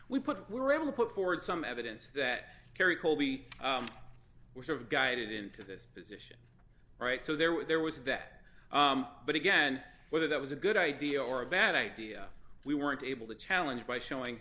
we put we're able to put forward some evidence that kerry called we were sort of guided into this position all right so there were there was that but again whether that was a good idea or a bad idea we weren't able to challenge by showing